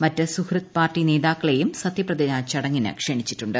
മറ്റ് സുഹൃദ് പാർട്ടി നേതാക്കളെയും സത്യപ്രതിജ്ഞ ചടങ്ങിന് ക്ഷണിച്ചിട്ടുണ്ട്